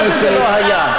מה זה "זה לא היה"?